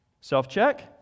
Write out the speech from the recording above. Self-check